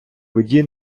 воді